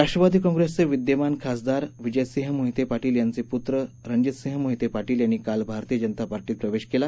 राष्ट्रवादी काँग्रेसचे विद्यमान खासदार विजयसिंह मोहिते पाटील यांचे पुत्र रणजीसिंह मोहिते पाटील यांनी काल भारतीय जनता पार्टीत प्रवेश केला